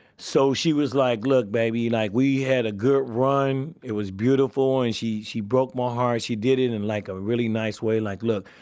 so she was like, look baby, like we had a good run, it was beautiful, and she she broke my heart. she did it in like a really nice way, like, look.